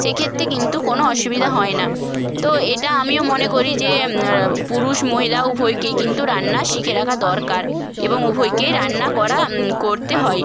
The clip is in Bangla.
সেক্ষেত্রে কিন্তু কোনো অসুবিধা হয় না তো এটা আমিও মনে করি যে পুরুষ মহিলা উভয়কেই কিন্তু রান্না শিখে রাখা দরকার এবং উভয়কে রান্না করা করতে হয়